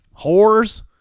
Whores